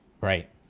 right